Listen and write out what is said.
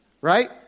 right